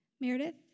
Meredith